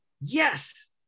Yes